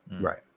Right